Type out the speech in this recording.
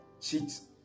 cheats